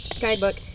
guidebook